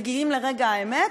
מגיעים לרגע האמת,